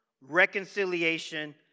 reconciliation